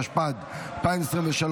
התשפ"ד 2023,